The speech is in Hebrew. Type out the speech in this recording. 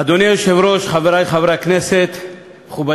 עד שלוש דקות לרשות אדוני.